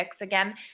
Again